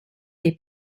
dei